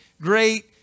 great